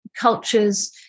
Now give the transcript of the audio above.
cultures